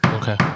Okay